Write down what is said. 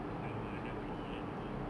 dah wha~ dah beli kan nak buat apa